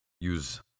use